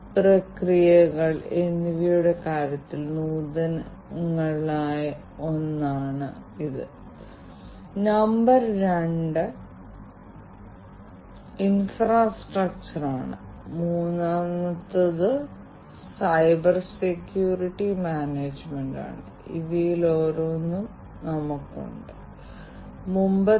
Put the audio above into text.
ഈ വ്യത്യസ്ത ട്രക്കുകൾ ഹൈവേയിൽ ഏത് സ്ഥാനത്താണ് ഉള്ളത് അവ എത്ര സമയം ഹൈവേയിൽ വിശ്രമിക്കുന്നു അവർക്ക് വേണ്ടത്ര ഉറക്കം ഉണ്ടോ അല്ലെങ്കിൽ ഈ വ്യത്യസ്ത വാഹനങ്ങളുടെ ഡ്രൈവർമാർക്ക് വേണ്ടത്ര ഉറക്കമുണ്ടോ ഇല്ലയോ എന്നതും ഈ ട്രക്കുകളുടെ അവസ്ഥ